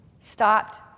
stopped